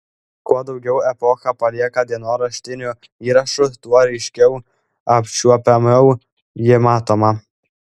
kuo daugiau epocha palieka dienoraštinių įrašų tuo ryškiau apčiuopiamiau ji matoma